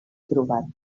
provat